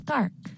Dark